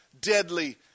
deadly